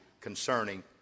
concerning